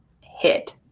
hit